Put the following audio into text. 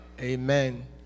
Amen